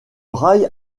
rail